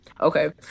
okay